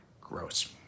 gross